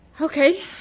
Okay